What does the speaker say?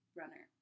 runner